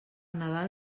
nadal